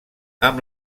amb